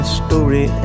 story